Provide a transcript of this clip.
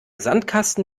sandkasten